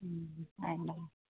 আহি লওক